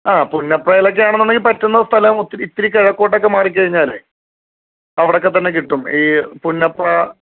ആ പുന്നപ്രയിലൊക്കെ ആണെന്നുണ്ടെങ്കിൽ പറ്റുന്ന സ്ഥലം ഒത്തിരി ഇത്തിരി കിഴക്കോട്ട് ഒക്കെ മാറി കഴിഞ്ഞാലേ അവിടെ ഒക്കെ തന്നെ കിട്ടും ഈ പുന്നപ്ര